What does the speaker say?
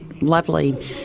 lovely